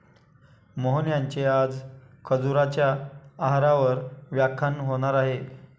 मोहन यांचे आज खजुराच्या आहारावर व्याख्यान होणार आहे